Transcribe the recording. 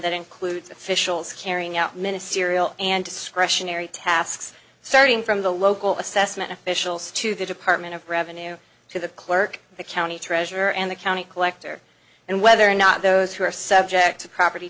that includes officials carrying out ministerial and discretionary tasks starting from the local assessment officials to the department of revenue to the clerk the county treasurer and the county collector and whether or not those who are subject to property